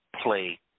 play